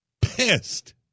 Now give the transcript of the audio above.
pissed